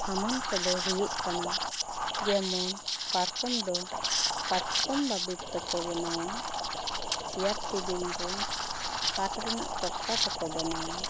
ᱥᱟᱢᱟᱱ ᱠᱚ ᱫᱚ ᱦᱩᱭᱩᱜ ᱠᱟᱱᱟ ᱡᱮᱢᱚᱱ ᱯᱟᱨᱠᱚᱢ ᱫᱚ ᱵᱟᱪᱠᱚᱢ ᱵᱟᱵᱮᱨ ᱛᱮ ᱠᱚ ᱵᱮᱱᱟᱣᱟ ᱪᱮᱭᱟᱨ ᱴᱮᱵᱤᱞ ᱫᱚ ᱠᱟᱴ ᱨᱮᱭᱟᱜ ᱛᱚᱠᱛᱟ ᱛᱮᱠᱚ ᱵᱮᱱᱟᱣᱟ